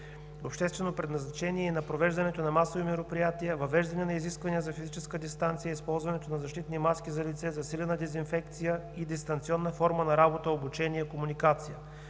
обществено предназначение и на провеждането на масови мероприятия, въвеждане на изисквания за физическа дистанция, използването на защитни маски за лице, засилена дезинфекция и дистанционна форма на работа, обучение и комуникация;